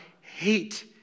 hate